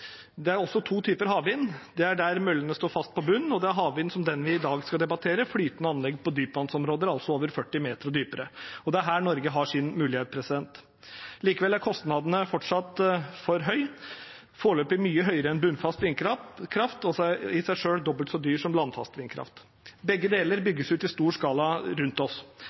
det er også to typer havvind. Det er der møllene står fast på bunnen, og det er havvind som den vi i dag skal debattere: flytende anlegg på dypvannsområder, altså 40 meter og dypere. Det er her Norge har sin mulighet. Likevel er kostnaden fortsatt for høy, foreløpig mye høyere enn for bunnfast vindkraft, og i seg selv dobbelt så høy som for landfast vindkraft. Begge deler bygges ut i stor skala rundt oss.